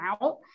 out